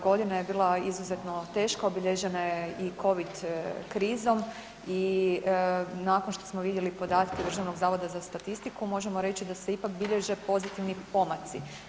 Godina je bila izuzetno teška, obilježena je i COVID krizom i nakon što smo vidjeli podatke Državnog zavoda za statistiku možemo reći da se ipak bilježe pozitivni pomaci.